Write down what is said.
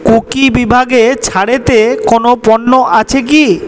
cookie বিভাগে ছাড়েতে কোনো পণ্য আছে কি